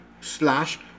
slash